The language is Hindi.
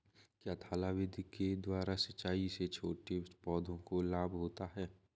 क्या थाला विधि के द्वारा सिंचाई से छोटे पौधों को लाभ होता है?